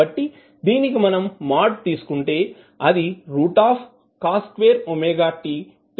కాబట్టి దీనికి మనం మాడ్ తీసుకుంటే అది అవుతుంది